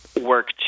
work